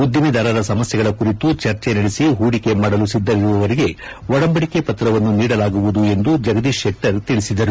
ಉದ್ದಿಮೆದಾರರ ಸಮಸ್ಥೆಗಳ ಕುರಿತು ಚರ್ಚೆ ನಡೆಸಿ ಹೂಡಿಕೆ ಮಾಡಲು ಸಿದ್ದರಿರುವವರಿಗೆ ಒಡಂಬಡಿಕೆ ಪತ್ರವನ್ನು ನೀಡಲಾಗುವುದು ಎಂದು ಜಗದೀಶ್ ಶೆಟ್ಟರ್ ತಿಳಿಸಿದರು